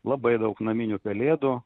labai daug naminių pelėdų